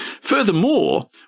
Furthermore